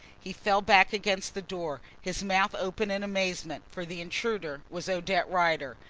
he fell back against the door, his mouth open in amazement, for the intruder was odette rider,